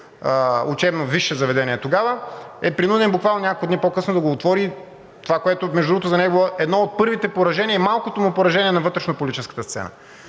учебно висше заведение тогава, е принуден буквално няколко дни по-късно да го отвори. Това, което, между другото, за него е било едно от първите поражения и малкото му поражение на вътрешнополитическата сцена.